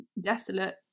desolate